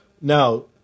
Now